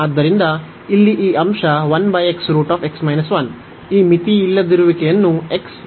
ಆದ್ದರಿಂದ ಇಲ್ಲಿ ಈ ಅಂಶ ಈ ಮಿತಿಯಿಲ್ಲದಿರುವಿಕೆಯನ್ನು x 1 ಕ್ಕೆ ಸಮೀಪಿಸುತ್ತಿದೆ